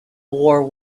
war